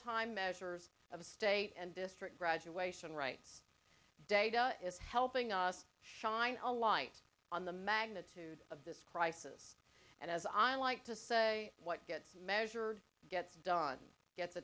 time measures of state and district graduation right data it's helping us shine a light on the magnitude of this crisis and as i like to say what gets measured gets done gets